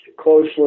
closely